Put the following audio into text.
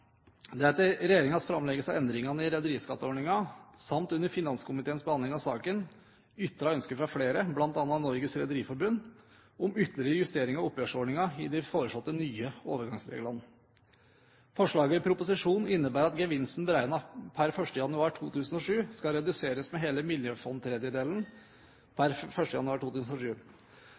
er etter regjeringens framleggelse av endringene i rederiskatteordningen samt under finanskomiteens behandling av saken ytret ønske fra flere, bl.a. Norges Rederiforbund, om ytterligere justeringer av oppgjørsordningen i de foreslåtte nye overgangsreglene. Forslaget i proposisjonen innebærer at gevinsten beregnet per 1. januar 2007 skal reduseres med hele miljøfondstredjedelen per 1. januar 2007.